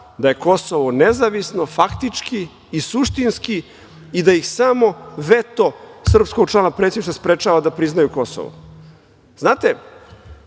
da je Kosovo nezavisno faktički i suštinski i da ih samo veto srpskog člana Predsedništva sprečava da priznaju Kosovo. Znate,